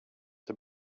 the